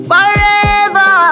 Forever